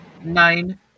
Nine